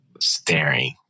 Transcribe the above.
staring